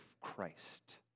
Christ